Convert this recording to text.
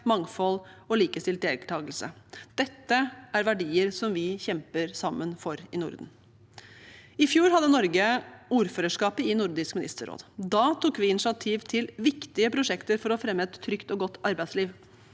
mangfold og likestilt deltakelse. Dette er verdier som vi sammen kjemper for i Norden. I fjor hadde Norge ordførerskapet i Nordisk ministerråd. Da tok vi initiativ til viktige prosjekter for å fremme et trygt og godt arbeidsliv.